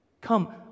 Come